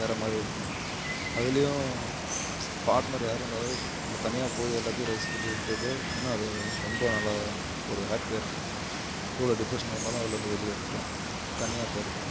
வேற மாதிரி இருக்கும் அதுலேயும் பார்ட்னர் யாரும் இல்லாதது நம்ம தனியாக போய் எல்லாத்தையும் ரசிச்சுட்டு இருக்கிறது இன்னும் அதை ரொம்ப நல்லா ஒரு ஹேப்பியாக இருக்கும் எவ்வளோ டிப்ரெஷனில் இருந்தாலும் அதுலேருந்து வெளியே எடுத்துடும் தனியாக போகிறது